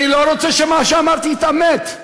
אני לא רוצה שמה שאמרתי יתאמת,